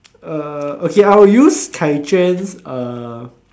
uh okay I will use Kai-Juan's uh